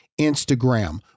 Instagram